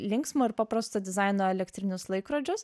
linksmo ir paprasto dizaino elektrinius laikrodžius